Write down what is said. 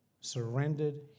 Surrendered